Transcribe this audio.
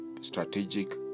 strategic